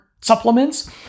supplements